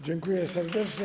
Dziękuję serdecznie.